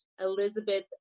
Elizabeth